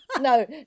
no